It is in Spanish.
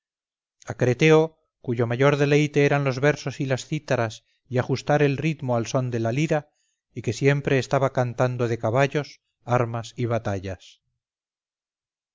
creteo cuyo mayor deleite eran los versos y las cítaras y ajustar el ritmo al son de la lira y que siempre estaba cantando de caballos armas y batallas